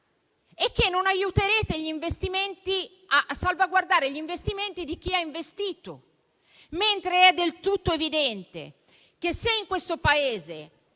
e che non aiuterete a salvaguardare gli investimenti di chi ha investito. È invece del tutto evidente che, se in questo Paese